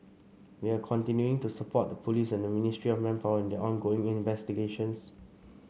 we are continuing to support the police and Ministry of Manpower in their ongoing investigations